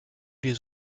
les